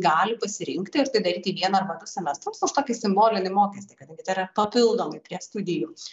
gali pasirinkti ir tai daryti viena arba du semestrus už tokį simbolinį mokestį kadangi tai yra papildomai prie studijų